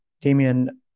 Damien